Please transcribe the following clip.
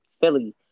Philly